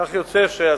כך יוצא שהסמכות